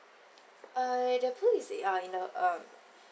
uh the pool is in ah in a um